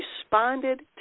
responded